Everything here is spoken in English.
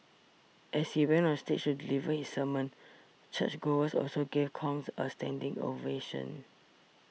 as he went on stage to deliver his sermon churchgoers also gave Kong a standing ovation